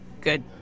Good